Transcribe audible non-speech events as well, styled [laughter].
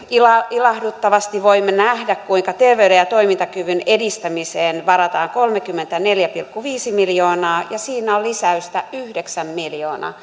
ilahduttavasti voimme nähdä kuinka terveyden ja toimintakyvyn edistämiseen varataan kolmekymmentäneljä pilkku viisi miljoonaa ja siinä on lisäystä yhdeksän miljoonaa [unintelligible]